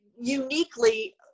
uniquely